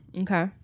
Okay